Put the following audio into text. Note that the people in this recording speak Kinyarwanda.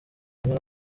rimwe